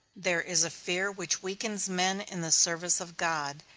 there is a fear which weakens men in the service of god.